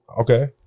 Okay